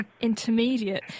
intermediate